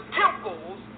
temples